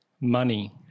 Money